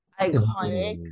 Iconic